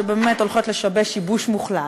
שבאמת הולכות לשבש שיבוש מוחלט,